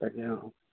তাকে অঁ